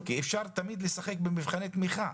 כי אפשר תמיד לשחק במבחני תמיכה.